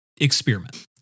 experiment